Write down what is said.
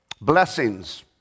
blessings